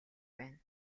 байна